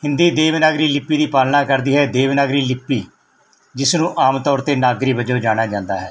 ਹਿੰਦੀ ਦੇਵਨਾਗਰੀ ਲਿਪੀ ਦੀ ਪਾਲਣਾ ਕਰਦੀ ਹੈ ਦੇਵਨਾਗਰੀ ਲਿਪੀ ਜਿਸ ਨੂੰ ਆਮ ਤੌਰ 'ਤੇ ਨਾਗਰੀ ਵਜੋਂ ਜਾਣਿਆ ਜਾਂਦਾ ਹੈ